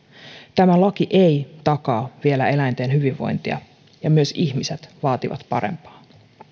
tämä laki ei takaa vielä eläinten hyvinvointia ja myös ihmiset vaativat parempaa